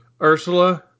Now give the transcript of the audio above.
Ursula